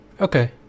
Okay